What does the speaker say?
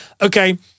okay